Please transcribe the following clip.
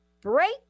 break